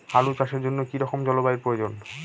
আলু চাষের জন্য কি রকম জলবায়ুর প্রয়োজন?